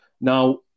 Now